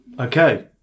Okay